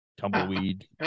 tumbleweed